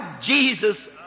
Jesus